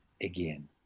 again